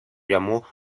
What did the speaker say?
llamó